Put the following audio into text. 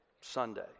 Sunday